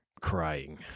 Crying